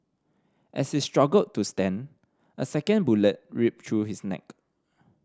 as he struggled to stand a second bullet ripped through his neck